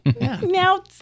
Now